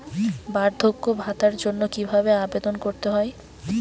বার্ধক্য ভাতার জন্য কিভাবে আবেদন করতে হয়?